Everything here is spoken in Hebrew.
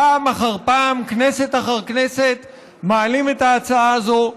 פעם אחר פעם, כנסת אחר כנסת, מעלים את ההצעה הזאת,